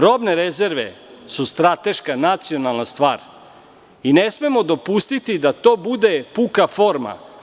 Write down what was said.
Robne rezerve su strateška nacionalna stvar i ne smemo dopustiti da to bude puka forma.